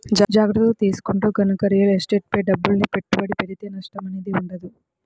జాగర్తలు తీసుకుంటూ గనక రియల్ ఎస్టేట్ పై డబ్బుల్ని పెట్టుబడి పెడితే నష్టం అనేది ఉండదు